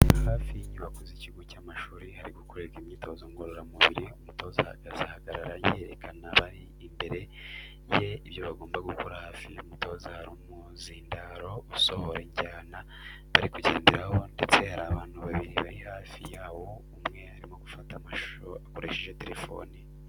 Hafi y'inyubako z'ikigo cy'amashuri hari gukorerwa imyitozo ngororamubiri, umutoza ahagaze ahagaragara yerekera abari imbere ye ibyo bagomba gukora hafi y'umutoza hari umuzindaro usohora injyana bari kugenderaho ndetse hari abantu babiri bari hafi yawo umwe arimo gufata amashusho akoresheje telefoni.